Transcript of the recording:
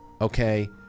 okay